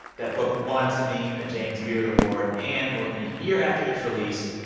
that book won samin a james beard award. and more than a year after its release,